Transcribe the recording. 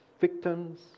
victims